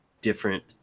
different